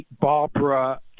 barbara